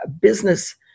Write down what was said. business